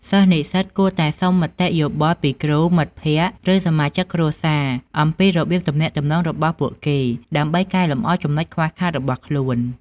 សិស្សនិស្សិតគួរតែសុំមតិយោបល់ពីគ្រូ មិត្តភក្តិ ឬសមាជិកគ្រួសារអំពីរបៀបទំនាក់ទំនងរបស់ពួកគេ ដើម្បីកែលម្អចំណុចខ្វះខាតរបស់ខ្លួន។